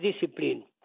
discipline